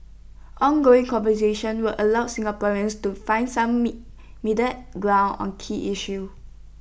ongoing conversations will allow Singaporeans to find some meet middle ground on key issues